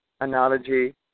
analogy